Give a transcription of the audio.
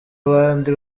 abandi